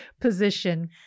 position